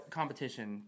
competition